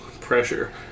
pressure